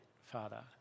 Father